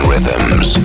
Rhythms